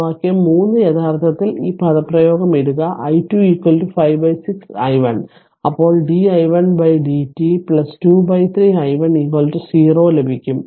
സമവാക്യം 3 യഥാർത്ഥത്തിൽ ഈ പദപ്രയോഗം ഇടുക i2 56 i1 അപ്പോൾ di1 dt 23 i1 0 ലഭിക്കും അതിനാൽ ഇത് സമവാക്യം 6 a